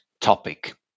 topic